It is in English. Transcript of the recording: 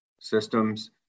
systems